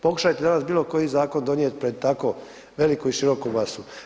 Pokušajte danas bilo koji zakon donijeti pred tako veliku i široku masu.